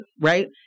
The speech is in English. Right